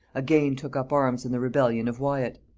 again took up arms in the rebellion of wyat,